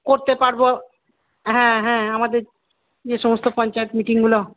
করতে পারব হ্যাঁ হ্যাঁ আমাদের যে সমস্ত পঞ্চায়েত মিটিংগুলো